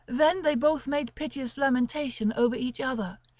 then they both made piteous lamentation over each other,